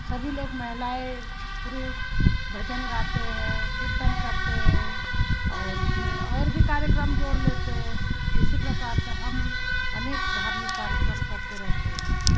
सभी लोग महिलाएँ पुरुष भजन गाते हैं कीर्तन करते हैं और उसमें और भी कार्यक्रम जोड़ लेते हैं इसी प्रकार से हम अनेक धार्मिक कार्यक्रम करते रहते हैं